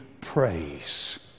praise